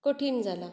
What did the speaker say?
कठीण जाला